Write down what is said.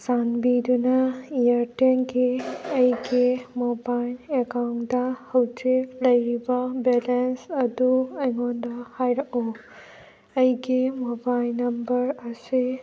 ꯆꯥꯟꯕꯤꯗꯨꯅ ꯏꯌꯥꯔꯇꯦꯜꯒꯤ ꯑꯩꯒꯤ ꯃꯣꯕꯥꯏꯜ ꯑꯦꯀꯥꯎꯟꯇ ꯍꯧꯖꯤꯛ ꯂꯩꯔꯤꯕ ꯕꯦꯂꯦꯟꯁ ꯑꯗꯨ ꯑꯩꯉꯣꯟꯗ ꯍꯥꯏꯔꯛꯎ ꯑꯩꯒꯤ ꯃꯣꯕꯥꯏꯜ ꯅꯝꯕꯔ ꯑꯁꯤ